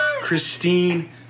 Christine